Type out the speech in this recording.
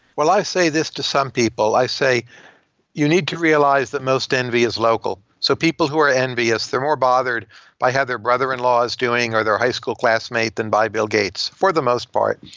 well, i say this to some people. i say you need to realize realize that most envy is local. so people who are envious, they're more bothered by how their brother-in-law's doing or their high school classmate than by bill gates for the most part.